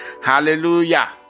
hallelujah